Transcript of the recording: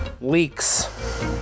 Leaks